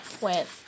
went